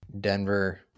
Denver